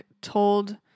told